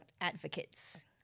advocates